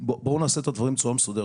בואו ונעשה את הדברים בצורה מסודרת.